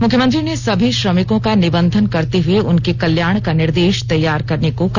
उन्होंने सभी श्रमिकों को निबंधन करते हुए उनके कल्याण का निर्देश तैयार करने को कहा